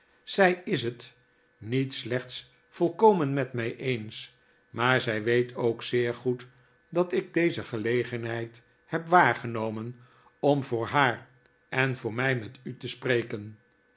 zy is het niet slechts volkomen met mij eens maar zij weet ook zeer goed dat ik deze gelegenheid heb waargenomen om voor haar eh voor my met u te spreken